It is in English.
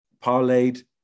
parlayed